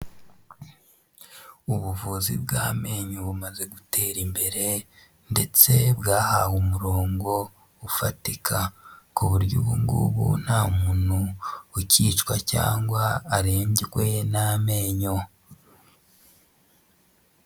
Ubuvuzi bw'amenyo bumaze gutera imbere ndetse bwahawe umurongo ufatika, ku buryo ubu ngubu nta muntu ukicwa cyangwa arembywe n'amenyo.